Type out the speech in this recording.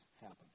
happen